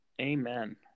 Amen